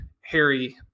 Harry